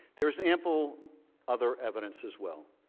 there is ample other evidence as well.